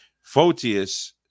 Photius